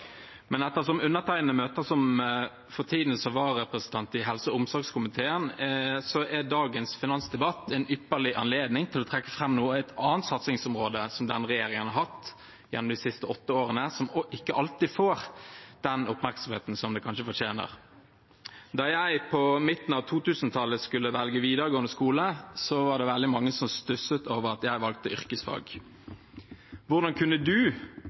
for tiden møter som vararepresentant i helse- og omsorgskomiteen, er dagens finansdebatt en ypperlig anledning til nå å trekke fram et annet satsingsområde som denne regjeringen har hatt gjennom de siste åtte årene, som ikke alltid får den oppmerksomheten det kanskje fortjener. Da jeg på midten av 2000-tallet skulle velge videregående skole, var det veldig mange som stusset over at jeg valgte yrkesfag. Hvordan kunne